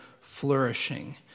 flourishing